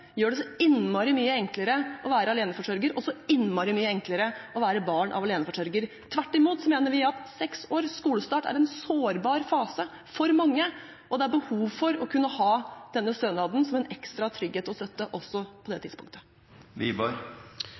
gjør det så innmari mye enklere å være aleneforsørger og så innmari mye enklere å være barn av aleneforsørger? Vi mener tvert imot at seks år, skolestart, er en sårbar fase for mange, og det er behov for å kunne ha denne stønaden som en ekstra trygghet og støtte også på det tidspunktet.